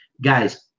Guys